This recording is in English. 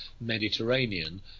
Mediterranean